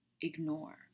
ignore